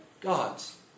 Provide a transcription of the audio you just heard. God's